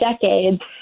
decades